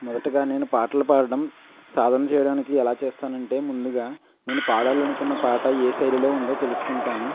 మొదటగా నేను పాటలు పాడడం సాధన చేయడానికి ఎలా చేస్తాను అంటే ముందుగా నేను పాడాలని అనుకున్న పాట ఏ శైలిలో ఉందో తెలుసుకుంటాను